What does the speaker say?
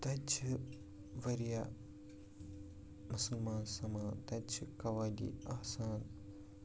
تَتہِ چھِ واریاہ مُسلمان سَمان تَتہِ چھِ قوالی آسان